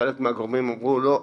חלק מהגורמים אמרו: לא,